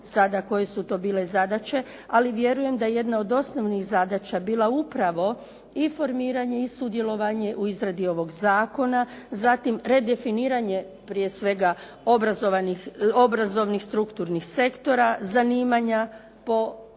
sada koje su to bile zadaće, ali vjerujem da je jedna od osnovnih zadaća bila upravo i formiranje i sudjelovanje u izradi ovog zakona, zatim redefiniranje prije svega obrazovnih strukturnih sektora, zanimanja po